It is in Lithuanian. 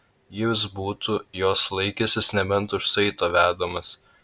jis būtų jos laikęsis nebent už saito vedamas